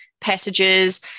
passages